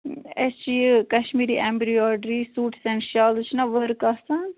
أسۍ چھِ یہِ Kashmiri embroidery suits and shawls چھِنَہ ؤرک آسان